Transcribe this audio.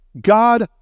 God